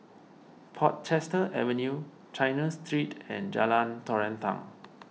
Portchester Avenue China Street and Jalan Terentang